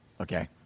Okay